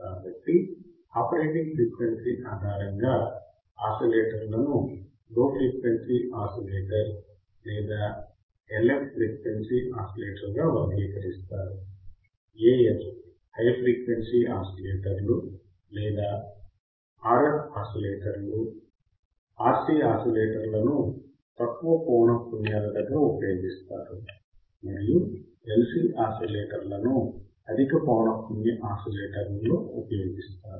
కాబట్టి operating frequency ఆధారంగా ఆసిలేటర్లను లోఫ్రీక్వెన్సీ ఆసిలేటర్ లేదా ఫ్రీక్వెన్సీ ఎల్ఎఫ్ ఆసిలేటర్ గా వర్గీకరిస్తారు AF హై ఫ్రీక్వెన్సీ ఆసిలేటర్లు లేదా RF ఆసిలేటర్లు RC ఆసిలేటర్లను తక్కువ పౌనఃపున్యాల దగ్గర ఉపయోగిస్తారు మరియు LC ఆసిలేటర్లను అధిక పౌనఃపున్య ఆసిలేటర్లలో ఉపయోగిస్తారు